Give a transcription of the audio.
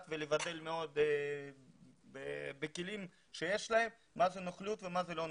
- ולטפל בכלים שיש להם מהי נוכלות ומה לא.